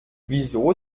wieso